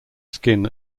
skin